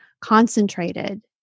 concentrated